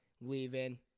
leaving